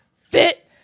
fit